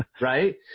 right